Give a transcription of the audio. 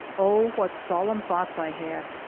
oh, what solemn thoughts i had!